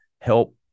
help